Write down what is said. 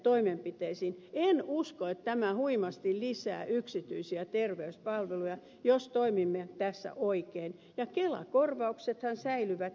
en usko että tämä huimasti lisää yksityisiä terveyspalveluja jos toimimme tässä oikein ja kelakorvauksethan säilyvät edelleenkin